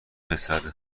پسر